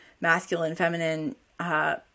masculine-feminine